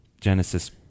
genesis